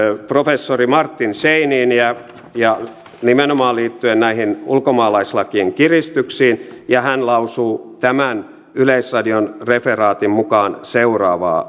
professori martin scheininiä nimenomaan liittyen näihin ulkomaalaislakien kiristyksiin ja hän lausui yleisradion referaatin mukaan seuraavaa